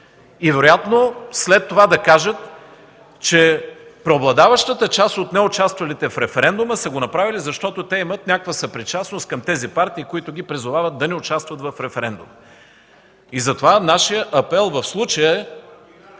Вероятно след това да кажат, че преобладаващата част от неучаствалите в референдума са го направили, защото те имат някаква съпричастност към партиите, които ги призовават да не участват в референдума. Затова нашият апел в случая е